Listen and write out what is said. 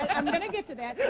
i'm going to get to that.